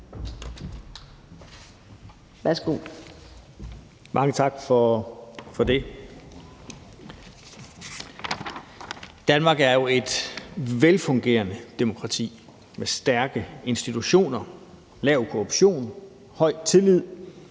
(KF): Mange tak for det. Danmark er jo et velfungerende demokrati med stærke institutioner, lav korruption, høj tillid